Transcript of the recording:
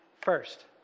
First